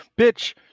bitch